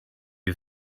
you